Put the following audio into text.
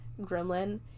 gremlin